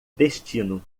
destino